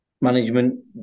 management